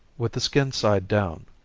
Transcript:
with the skin side down.